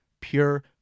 pure